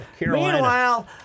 Meanwhile